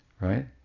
Right